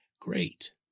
Great